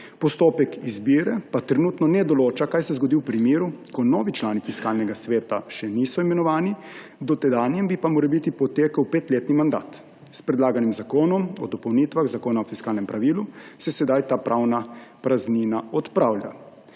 postopek izbire pa trenutno ne določa, kaj se zgodi v primeru, ko novi člani Fiskalnega sveta še niso imenovani, dotedanjim bi pa morebiti potekal petletni mandat. S predlaganim zakonom o dopolnitvah Zakona o fiskalnem pravilu se sedaj ta pravna praznina odpravlja.